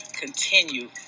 continue